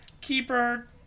keeper